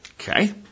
Okay